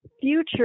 future